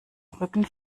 rücken